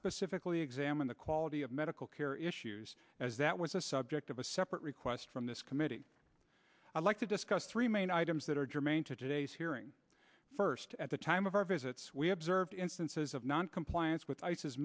specifically examine the quality of medical care issues as that was the subject of a separate request from this committee i'd like to discuss three main items that are germane to today's hearing first at the time of our visits we have observed instances of noncompliance with